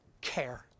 care